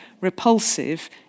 repulsive